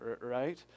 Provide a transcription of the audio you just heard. right